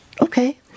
okay